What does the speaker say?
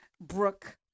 Brooke